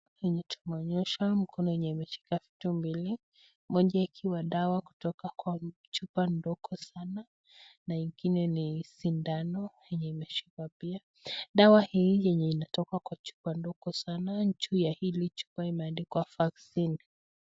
Yenye tumeonyeshwa, mkono yenye imeshika vitu mbili, moja ikiwa dawa kutoka kwa chupa ndogo sana, na ingine ni sindano yenye imeshikwa pia. Dawa hii yenye inatoka kwa chupa ndogo sana, juu ya hili chupa imeandikwa Vaccine .